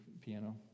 piano